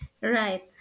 right